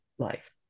life